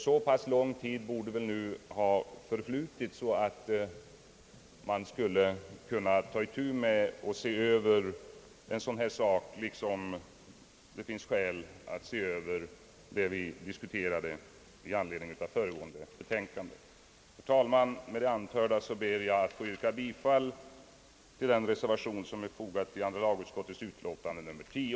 Så pass lång tid borde nu ha förflutit, att man nu borde kunna ta itu med att se över en sådan här sak, liksom det finns skäl att se över det problem vi diskuterade i anledning av föregående utlåtande. Herr talman! Med det anförda ber jag att få yrka bifall till den reservation som är fogad till andra lagutskottets utlåtande nr 10.